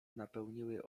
napełniły